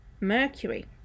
Mercury